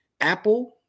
Apple